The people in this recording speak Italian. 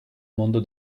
mondo